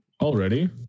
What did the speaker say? already